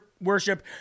worship